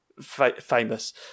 famous